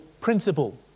principle